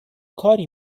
کاری